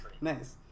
Nice